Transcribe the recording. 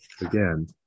again